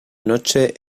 noche